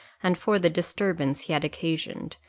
and for the disturbance he had occasioned,